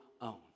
own